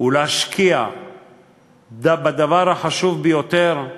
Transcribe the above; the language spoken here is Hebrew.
ולהשקיע בדבר החשוב ביותר,